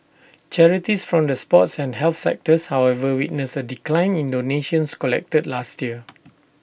charities from the sports and health sectors however witnessed A decline in donations collected last year